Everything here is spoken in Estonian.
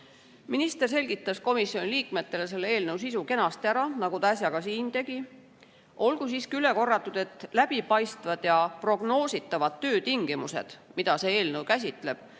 Minister selgitas komisjoni liikmetele selle eelnõu sisu kenasti ära, nagu ta äsja ka siin tegi. Olgu siiski üle korratud, et läbipaistvad ja prognoositavad töötingimused, mida see eelnõu käsitleb,